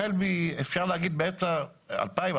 החל מאפשר להגיד באמצע 2005,